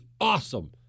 awesome